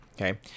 okay